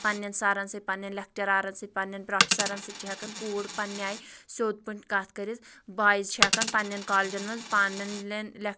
پَنٕنٮ۪ن سَرَن سۭتۍ پَنٕنٮ۪ن لیکچرارَن سۭتۍ پَنٕنٮ۪ن پرٛافیسرَن سۭتۍ چھِ ہٮ۪کان کوٗر پَنٕنہِ آیہِ سیوٚد کُن کَتھ کٔرِتھ بایِز چھِ ہٮ۪کان پَنٕنٮ۪ن کالجَن منٛز پَنٕنٮ۪ن لیکچُرارَن